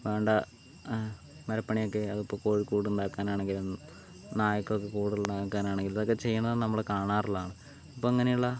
വേണ്ട മരപ്പണിയൊക്കെ അതിപ്പം കോഴിക്കൂടുണ്ടാക്കാനാണെങ്കിലും നായ്ക്കൾക്ക് കൂടുണ്ടാക്കാനാണങ്കിലും അതൊക്കെ ചെയ്യുന്നത് നമ്മൾ കാണാറുള്ളതാണ് അപ്പം അങ്ങനെയുള്ള